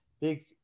big